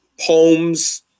poems